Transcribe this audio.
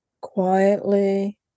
quietly